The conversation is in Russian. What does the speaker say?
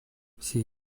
все